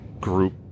group